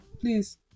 Please